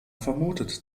vermutet